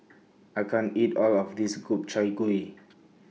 I can't eat All of This Gobchang Gui